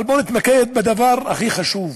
אבל בואו נתמקד בדבר הכי חשוב: